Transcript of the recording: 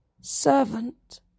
servant